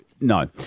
No